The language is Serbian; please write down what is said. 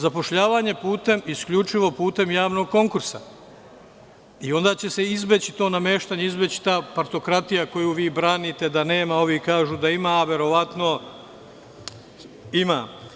Zapošljavanje putem, isključivo putem javnog konkursa i onda će se izbeći to nameštanje, izbeći ta partokratija, koju vi branite da nema, ovi kažu da ima, a verovatno ima.